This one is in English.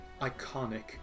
iconic